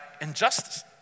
injustice